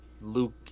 Luke